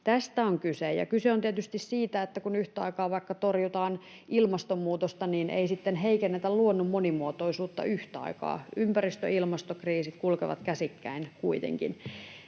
Tästä on kyse. Ja kyse on tietysti siitä, että kun yhtä aikaa vaikka torjutaan ilmastonmuutosta, niin ei sitten heikennetä luonnon monimuotoisuutta yhtä aikaa. Ympäristö- ja ilmastokriisit kulkevat käsikkäin kuitenkin.